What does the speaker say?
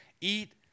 eat